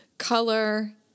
Color